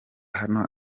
hano